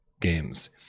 games